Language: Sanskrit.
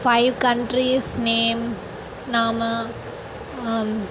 फ़ैव् कण्ट्रीस् नेम् नाम